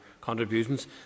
contributions